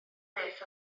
beth